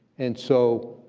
and so